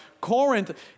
Corinth